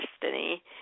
destiny